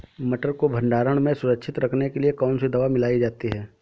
मटर को भंडारण में सुरक्षित रखने के लिए कौन सी दवा मिलाई जाती है?